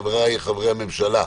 חבריי חברי הממשלה,